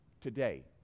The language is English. today